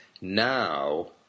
Now